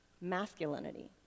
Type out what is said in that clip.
masculinity